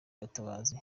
gatabazi